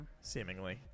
Seemingly